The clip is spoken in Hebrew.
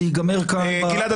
זה ייגמר --- גלעד,